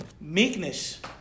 Meekness